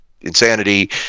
insanity